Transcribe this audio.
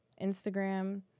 instagram